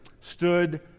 stood